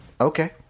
Okay